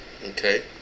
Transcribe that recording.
okay